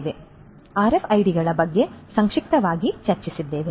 ನಾವು ಆರ್ಎಫ್ಐಡಿಗಳ ಬಗ್ಗೆ ಸಂಕ್ಷಿಪ್ತವಾಗಿ ಚರ್ಚಿಸಿದ್ದೇವೆ